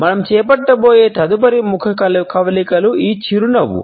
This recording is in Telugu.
మనం చేపట్టబోయే తదుపరి ముఖ కవళికలు ఈ చిరునవ్వు